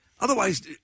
otherwise